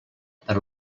per